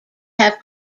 have